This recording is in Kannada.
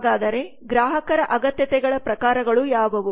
ಹಾಗಾದರೆ ಗ್ರಾಹಕರ ಅಗತ್ಯತೆಗಳ ಪ್ರಕಾರಗಳು ಯಾವುವು